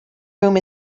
room